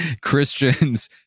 Christians